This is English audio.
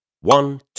one